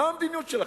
מה המדיניות שלכם?